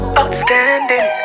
Outstanding